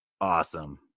awesome